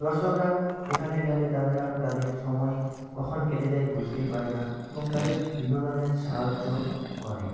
দর্শকরা এখানে গেলে তারা তাদের সময় কখন কেটে যায় বুঝতেই পারে না এবং তাদের বিনোদনের সাহায্য করে